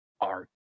art